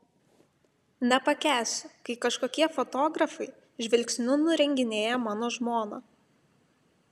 nepakęsiu kai kažkokie fotografai žvilgsniu nurenginėja mano žmoną